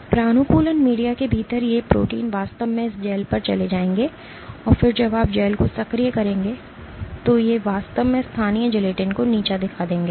प्रानुकूलन media के भीतर ये प्रोटीन वास्तव में इस जेल पर चले जाएंगे और फिर जब आप जेल को सक्रिय करेंगे तो वे वास्तव में स्थानीय जिलेटिन को नीचा दिखा देंगे